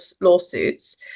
lawsuits